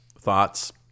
thoughts